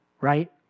right